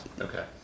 Okay